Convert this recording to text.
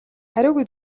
хариугүй